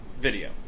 video